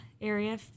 area